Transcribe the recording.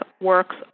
works